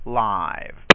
live